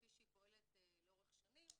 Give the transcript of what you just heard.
כפי שהיא פועלת לאורך שנים,